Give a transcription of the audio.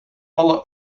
alle